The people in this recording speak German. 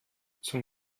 zum